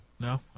No